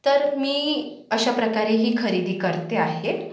तर मी अशा प्रकारे ही खरेदी करते आहे